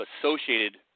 associated